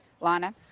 lana